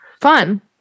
fun